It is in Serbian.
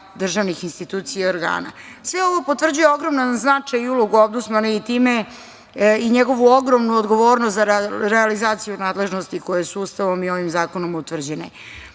državnih institucija i organa. Sve ovo potvrđuje ogroman značaj i ulogu Ombudsmana i time njegovu ogromnu odgovornost za realizaciju nadležnosti koje su Ustavom i ovim zakonom utvrđene. Mi